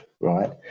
right